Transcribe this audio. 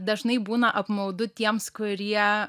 dažnai būna apmaudu tiems kurie